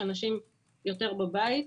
כשאנשים יותר בבית,